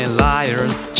liar's